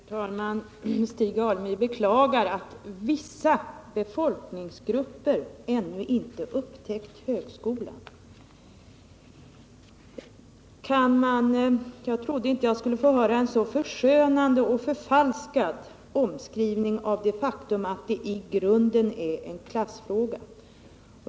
Herr talman! Stig Alemyr beklagar att vissa befolkningsgrupper ännu icke upptäckt högskolan. Jag trodde inte att jag skulle få höra en så förskönande och så förfalskad omskrivning av det faktum att det i grunden är en klassfråga.